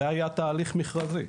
זה היה תהליך מכרזי,